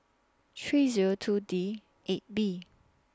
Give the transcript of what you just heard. three Zero two D eight B